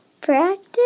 practice